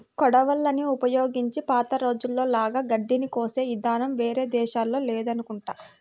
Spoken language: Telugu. కొడవళ్ళని ఉపయోగించి పాత రోజుల్లో లాగా గడ్డిని కోసే ఇదానం వేరే దేశాల్లో లేదనుకుంటా